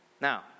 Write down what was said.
Now